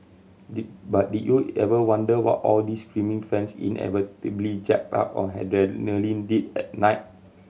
did but did you ever wonder what all these screaming fans inevitably jacked up on adrenaline did at night